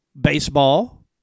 baseball